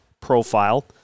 profile